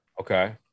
Okay